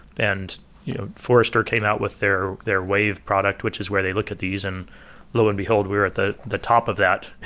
and forrester came out with their their wave product, which is where they look at these. and lo and behold, we're at the the top of that.